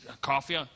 Coffee